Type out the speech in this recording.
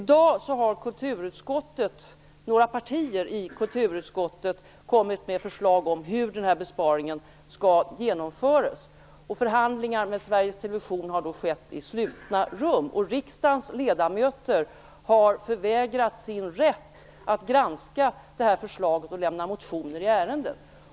I dag har några partier i kulturutskottet kommit med förslag om hur den här besparingen skall genomföras. Förhandlingar med Sveriges Television har skett i slutna rum, och riksdagens ledamöter har förvägrats sin rätt att granska det här förslaget och att väcka motioner i ärendet.